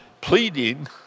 pleading